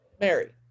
Mary